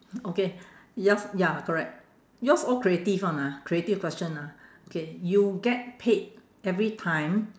okay yours ya correct yours all creative one ah creative question ah okay you get paid every time